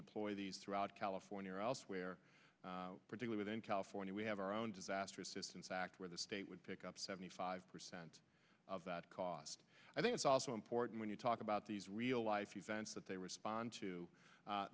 deploy these throughout california or elsewhere critically within california we have our own disaster assistance act where the state would pick up seventy five percent of that cost i think it's also important when you talk about these real life events that they respond to